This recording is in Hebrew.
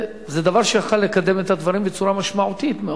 זה דבר שהיה יכול לקדם את הדברים בצורה משמעותית מאוד.